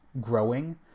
growing